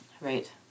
Right